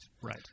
Right